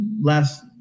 last